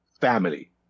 family